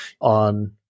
on